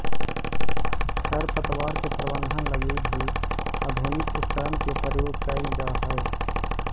खरपतवार के प्रबंधन लगी भी आधुनिक उपकरण के प्रयोग कैल जा हइ